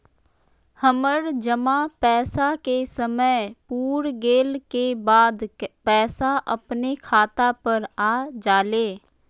हमर जमा पैसा के समय पुर गेल के बाद पैसा अपने खाता पर आ जाले?